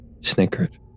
snickered